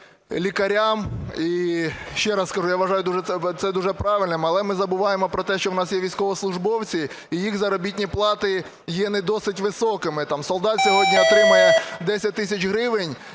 лікарям. І ще раз кажу, я вважаю це дуже правильним. Але ми забуваємо про те, що у нас є військовослужбовці і їх заробітні плати є не досить високими. Солдат сьогодні отримує 10 тисяч гривень,